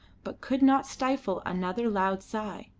but could not stifle another loud sigh,